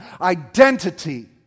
Identity